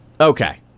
Okay